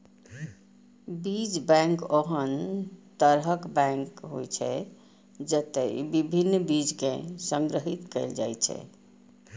बीज बैंक ओहन तरहक बैंक होइ छै, जतय विभिन्न बीज कें संग्रहीत कैल जाइ छै